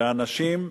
ואנשים,